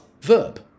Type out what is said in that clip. verb